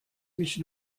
nicht